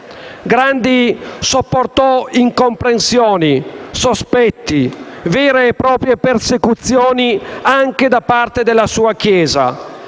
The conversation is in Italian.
Grandi sopportò incomprensioni, sospetti, vere e proprie persecuzioni anche da parte della sua Chiesa,